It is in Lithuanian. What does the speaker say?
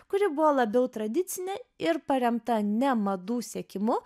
kuri buvo labiau tradicinė ir paremta ne madų sekimu